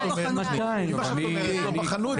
לפי מה שאת אומרת לא בחנו,